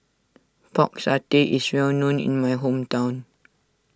Pork Satay is well known in my hometown